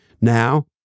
Now